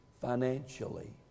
financially